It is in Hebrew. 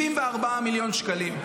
74 מיליון שקלים.